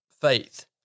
faith